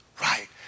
right